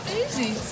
easy